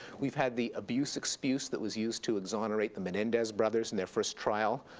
we've had the abuse expuse that was used to exonerate the menendez brothers in their first trial,